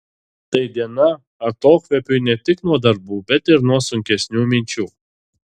tai diena atokvėpiui ne tik nuo darbų bet ir nuo sunkesnių minčių